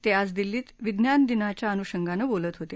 ते आज दिल्लीत विज्ञान दिनाच्या अनुपंगानं बोलत होते